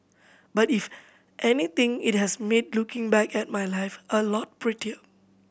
but if anything it has made looking back at my life a lot prettier